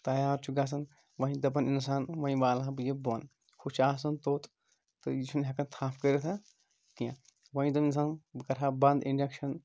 تیار چھُ گژھان وۄنۍ دَپَان اِنسان وۄنۍ والہٕ ہا بہٕ یہِ بۄن ہُہ چھِ آسَان توٚت تہٕ یہِ چھِنہٕ ہٮ۪کَان تھَپھ کٔرِتھ اَتھ کینٛہہ وۄنۍ دَپہِ اِنسان بہٕ کَرٕ ہا بنٛد اِنڈَکشَن